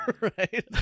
right